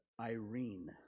Irene